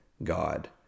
God